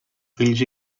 fills